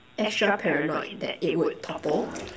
extra paranoid that it would topple